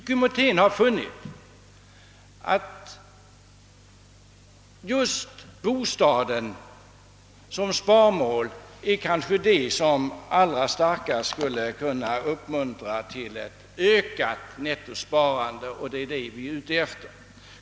Kommittén har nämligen funnit att just bostaden som sparmål kanske allra starkast skulle uppmuntra till ökat nettosparande — och det är det vi är ute efter.